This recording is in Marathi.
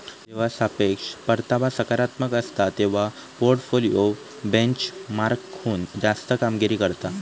जेव्हा सापेक्ष परतावा सकारात्मक असता, तेव्हा पोर्टफोलिओ बेंचमार्कहुन जास्त कामगिरी करता